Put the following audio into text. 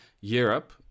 Europe